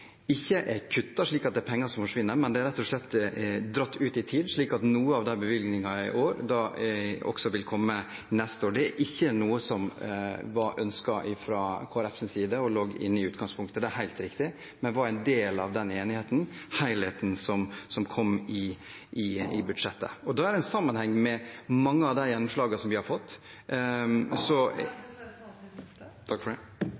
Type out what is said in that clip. er penger som forsvinner, men det er rett og slett dratt ut i tid, slik at noen av bevilgningene i år også vil komme neste år. Det er ikke noe som var ønsket fra Kristelig Folkepartis side, og som lå inne i utgangspunktet, det er helt riktig, men var en del av den enigheten, helheten, som kom i budsjettet . Og da er det en sammenheng med mange av de gjennomslagene vi har fått.